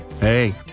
Hey